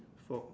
four